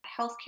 healthcare